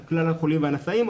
על כלל החולים והנשאים,